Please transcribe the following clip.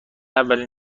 اولین